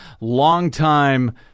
longtime